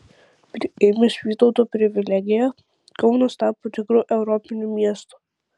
priėmęs vytauto privilegiją kaunas tapo tikru europiniu miestu